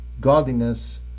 godliness